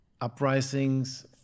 uprisings